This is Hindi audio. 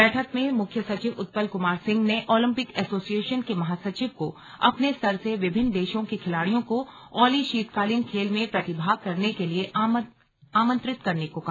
बैठक में मुख्य सचिव उत्पल कुमार सिंह ने ओलम्पिक एसोसिएशन के महासचिव को अपने स्तर से विभिन्न देशों के खिलाड़ियों को औली शीतकालीन खेल में प्रतिभाग करने के लिए आमंत्रित करने को कहा